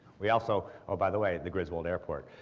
we also oh, by the way, in the griswold airport,